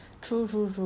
true true true